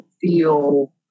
feel